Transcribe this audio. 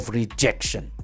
rejection